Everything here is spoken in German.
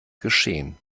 geschehen